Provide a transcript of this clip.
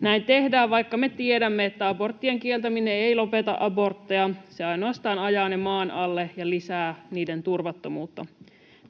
Näin tehdään, vaikka me tiedämme, että aborttien kieltäminen ei lopeta abortteja. Se ainoastaan ajaa ne maan alle ja lisää niiden turvattomuutta.